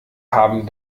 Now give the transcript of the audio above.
haben